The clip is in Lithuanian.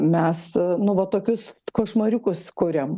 mes nu va tokius košmariukus kuriam